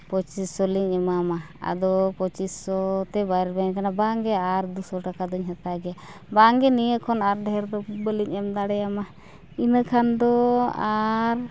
ᱯᱚᱸᱪᱤᱥᱚ ᱞᱤᱧ ᱮᱢᱟᱢ ᱢᱟ ᱟᱫᱚ ᱯᱚᱸᱪᱤᱥᱚᱛᱮ ᱵᱟᱭ ᱨᱮᱵᱮᱱ ᱠᱟᱱᱟ ᱵᱟᱝ ᱜᱮ ᱟᱨ ᱫᱩ ᱥᱚ ᱴᱟᱠᱟ ᱫᱚᱧ ᱦᱟᱛᱟᱣ ᱜᱮᱭᱟ ᱵᱟᱝ ᱜᱮ ᱱᱤᱭᱟᱹ ᱠᱷᱚᱱ ᱟᱨ ᱰᱷᱮᱹᱨ ᱫᱚ ᱵᱟᱹᱞᱤᱧ ᱮᱢ ᱫᱟᱲᱮᱭᱟᱢᱟ ᱤᱱᱟᱹ ᱠᱷᱟᱱ ᱫᱚ ᱟᱨ